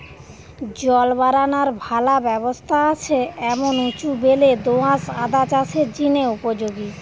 জল বারানার ভালা ব্যবস্থা আছে এমন উঁচু বেলে দো আঁশ আদা চাষের জিনে উপযোগী